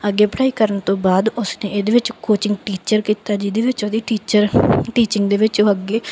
ਅੱਗੇ ਪੜ੍ਹਾਈ ਕਰਨ ਤੋਂ ਬਾਅਦ ਉਸਨੇ ਇਹਦੇ ਵਿੱਚ ਕੋਚਿੰਗ ਟੀਚਰ ਕੀਤਾ ਜਿਹਦੇ ਵਿੱਚ ਉਹਦੀ ਟੀਚਰ ਟੀਚਿੰਗ ਦੇ ਵਿੱਚ ਉਹ ਅੱਗੇ